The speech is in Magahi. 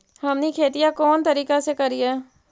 हमनी खेतीया कोन तरीका से करीय?